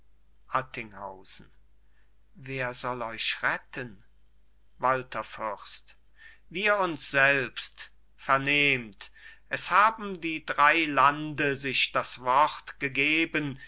wer soll euch retten walther fürst wir uns selbst vernehmt es haben die drei lande sich das wort gegeben